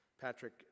patrick